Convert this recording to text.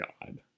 God